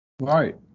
Right